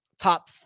top